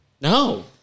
No